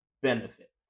benefit